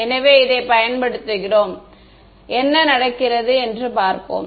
எனவே இதைப் பயன்படுத்துகிறோம் என்ன நடக்கிறது என்று பார்ப்போம்